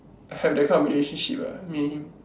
have that kind of relationship ah me and him